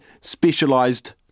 specialised